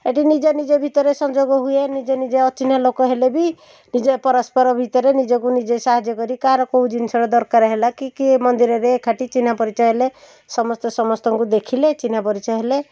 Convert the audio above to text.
ସେଠି ନିଜ ନିଜ ଭିତରେ ସଂଯୋଗ ହୁଏ ନିଜେ ନିଜେ ଅଚିହ୍ନା ଲୋକ ହେଲେ ବି ନିଜ ପରସ୍ପର ଭିତରେ ନିଜକୁ ନିଜେ ସାହାଯ୍ୟ କରି କାହାର କେଉଁ ଜିନିଷଟା ଦରକାର ହେଲା କି କିଏ ମନ୍ଦିରରେ ଏକାଠି ଚିହ୍ନା ପରିଚ ହେଲେ ସମସ୍ତେ ସମସ୍ତଙ୍କୁ ଦେଖିଲେ ଚିହ୍ନା ପରିଚ ହେଲେ